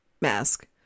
mask